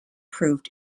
proved